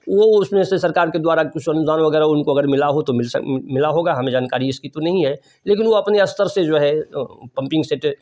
वह उसमें से सरकार के द्वारा कुछ अनुदान वगैरह उनको अगर मिला हो तो मिल सक मिला होगा हमें जानकारी इसकी तो नहीं है लेकिन वह अपने स्तर से जो है पम्पिंग सेट